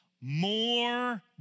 more